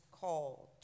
called